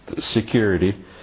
security